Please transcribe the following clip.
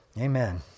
Amen